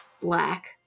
black